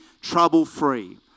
trouble-free